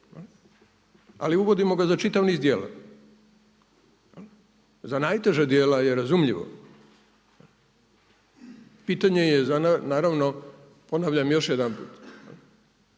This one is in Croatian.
Ali uvodimo ga za čitav niz djela. Za najteža djela je razumljivo. Pitanje je naravno ponavljam još jedanput